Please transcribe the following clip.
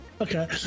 Okay